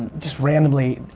just randomly.